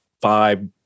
five